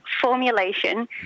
formulation